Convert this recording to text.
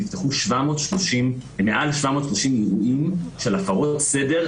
נפתחו מעל 730 אירועים של הפרות סדר,